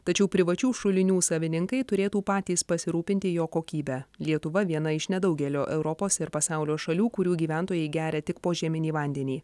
tačiau privačių šulinių savininkai turėtų patys pasirūpinti jo kokybe lietuva viena iš nedaugelio europos ir pasaulio šalių kurių gyventojai geria tik požeminį vandenį